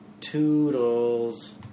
Toodles